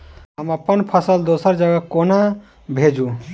हम अप्पन फसल दोसर जगह कोना भेजू?